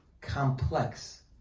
complex